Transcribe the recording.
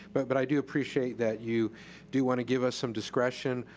but but i do appreciate that you do want to give us some discretion.